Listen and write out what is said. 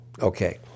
Okay